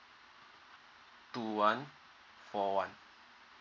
two one four one